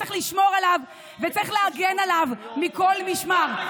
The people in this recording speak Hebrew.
שצריך לשמור עליו וצריך להגן עליו מכול משמר.